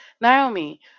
naomi